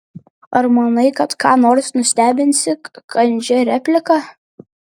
ar manai kad ką nors nustebinsi kandžia replika